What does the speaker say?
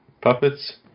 puppets